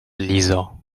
lizo